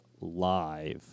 live